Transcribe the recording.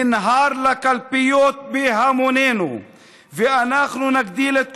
ננהר לקלפיות בהמונינו ואנחנו נגדיל את כוחנו,